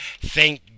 thank